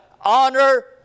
honor